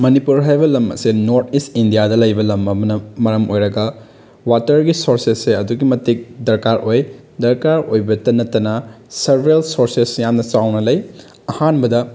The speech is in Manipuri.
ꯃꯅꯤꯄꯨꯔ ꯍꯥꯏꯕ ꯂꯝ ꯑꯁꯦ ꯅꯣꯔ꯭ꯇ ꯏꯁ ꯏꯅꯗꯤꯌꯥꯗ ꯂꯩꯕ ꯂꯝ ꯑꯃꯅ ꯃꯔꯝ ꯑꯣꯏꯔꯒ ꯋꯥꯇꯔꯗꯤ ꯁꯣꯔꯁꯦꯁꯁꯦ ꯑꯗꯨꯛꯀꯤ ꯃꯇꯤꯛ ꯗꯔꯀꯥꯔ ꯑꯣꯏ ꯗꯔꯀꯥꯔ ꯑꯣꯏꯕꯇ ꯅꯠꯇꯅ ꯁꯕ꯭ꯔꯦꯜ ꯁꯣꯔꯁꯦꯁ ꯌꯥꯝꯅ ꯆꯥꯎꯅ ꯂꯩ ꯑꯍꯥꯟꯕꯗ